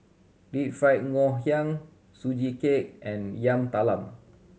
Deep Fried Ngoh Hiang Sugee Cake and Yam Talam